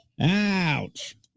Ouch